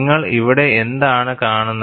നിങ്ങൾ ഇവിടെ എന്താണ് കാണുന്നത്